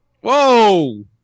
Whoa